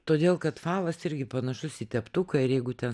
todėl kad falas irgi panašus į teptuką ir jeigu ten